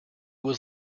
was